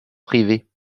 privés